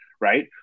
right